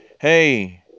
Hey